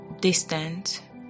distant